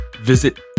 Visit